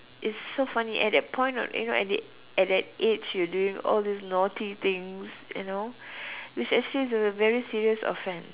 is so funny at that point of you know at the at that age you doing all these naughty things you know which actually is a very serious offence